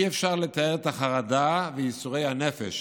אי-אפשר לתאר את החרדה וייסורי הנפש